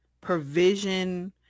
provision